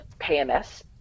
PMS